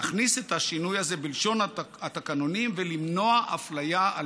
להכניס את השינוי הזה בלשון התקנונים ולמנוע אפליה על